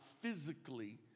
physically